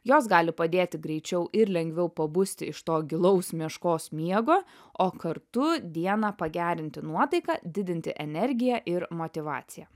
jos gali padėti greičiau ir lengviau pabusti iš to gilaus meškos miego o kartu dieną pagerinti nuotaiką didinti energiją ir motyvaciją